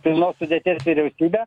pilnos sudėties vyriausybę